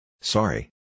Sorry